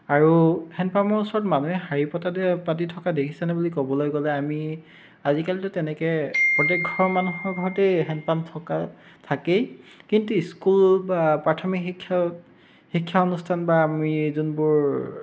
আৰু হেণ্ড পাম্পৰ ওচৰত মানুহে শাৰী পতাদি পাতি থকা দেখিছানে বুলি ক'বলৈ গ'লে আমি আজিকালিতো তেনেকৈ প্ৰত্যেকঘৰ মানুহৰ ঘৰতেই হেণ্ড পাম্প থকাই থাকেই কিন্তু স্কুল বা প্ৰাথমিক শিক্ষক শিক্ষানুষ্ঠান বা আমি যোনবোৰ